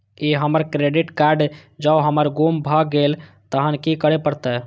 ई हमर credit card जौं हमर गुम भ गेल तहन की करे परतै?